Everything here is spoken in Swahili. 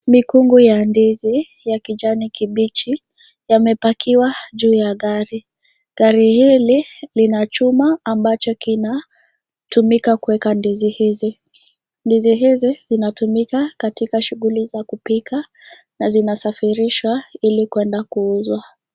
Mikungu ya ndizi ya kijani kibichi, yakiwa juu ya gari, gari hli lina chuma, ambacho kina, tumika kueka ndizi hizi, ndizi hizi zinatumika katika shuguli ya kupika, na zinasafirishwa, ili kwenda kuuzwa.